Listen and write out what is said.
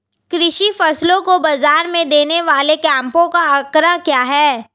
कृषि फसलों को बाज़ार में देने वाले कैंपों का आंकड़ा क्या है?